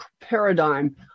paradigm